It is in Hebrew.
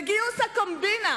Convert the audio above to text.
וגיוס הקומבינה